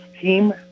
team